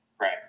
Right